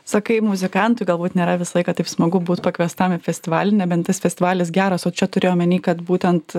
sakai muzikantui galbūt nėra visą laiką taip smagu būt pakviestam į festivalį nebent tas festivalis geras o čia turi omeny kad būtent